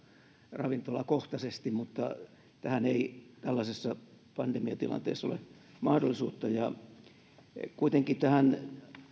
ravintolakohtaisesti mutta tähän ei tällaisessa pandemiatilanteessa ole mahdollisuutta kuitenkin tähän